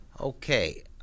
Okay